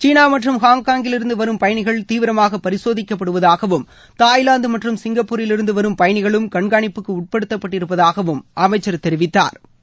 சீனா மற்றும் ஹாங்காங்கிலிருந்து வரும் பயணிகள் தீவிரமாக பரிசோதிக்கப்படுவதாகவும் தாய்லாந்து மற்றும் சிங்கப்பூரிலிருந்து வரும் பயணிகளும் கண்காணிப்புக்கு உட்படுத்தப்பட்டிருப்பதாகவும் அமைச்சர் தெரிவித்தாா்